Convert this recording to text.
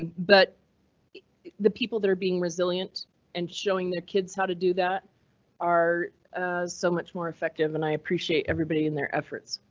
and but the people that are being resilient and showing their kids how to do that are so much more effective and i appreciate everybody and their efforts.